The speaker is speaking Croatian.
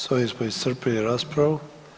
Sa ovim smo iscrpili raspravu.